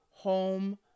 home